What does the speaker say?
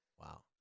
Wow